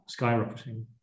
skyrocketing